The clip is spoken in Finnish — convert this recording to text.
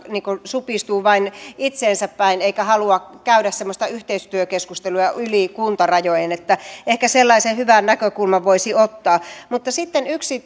supistuu vain itseensä päin eikä halua käydä semmoista yhteistyökeskustelua yli kuntarajojen ehkä sellaisen hyvän näkökulman voisi ottaa sitten yksi